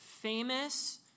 famous